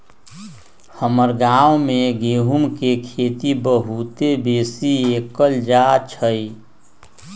हमर गांव में गेहूम के खेती बहुते बेशी कएल जाइ छइ